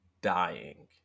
dying